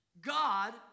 God